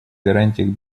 гарантиях